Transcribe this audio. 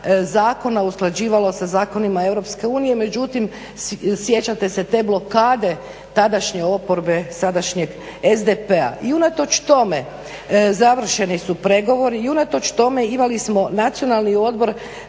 zakona usklađivalo sa zakonima EU, međutim sjećate se te blokade tadašnje oporbe sadašnjeg SDP-a. I unatoč tome završeni su pregovori, i unatoč tome imali smo Nacionalni odbor